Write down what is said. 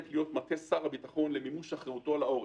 מטה שר הביטחון למימוש אחריותו על העורף.